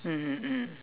mmhmm mm